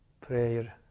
prayer